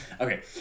Okay